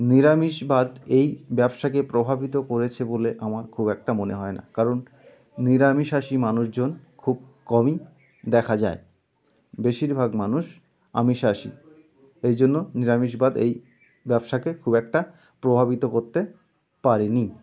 নিরামিষবাদ এই ব্যবসাকে প্রভাবিত করেছে বলে আমার খুব একটা মনে হয় না কারণ নিরামিষাশী মানুষজন খুব কমই দেখা যায় বেশিরভাগ মানুষ আমিষাশী ওই জন্য নিরামিষবাদ এই ব্যবসাকে খুব একটা প্রভাবিত করতে পারে নি